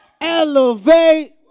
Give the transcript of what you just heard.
elevate